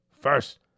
First